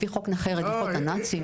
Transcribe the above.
לפי חוק רדיפות הנאצים.